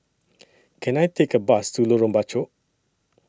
Can I Take A Bus to Lorong Bachok